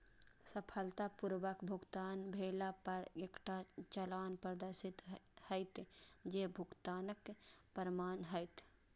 सफलतापूर्वक भुगतान भेला पर एकटा चालान प्रदर्शित हैत, जे भुगतानक प्रमाण हैत